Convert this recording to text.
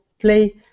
play